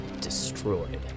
destroyed